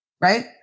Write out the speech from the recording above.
right